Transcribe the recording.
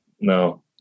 No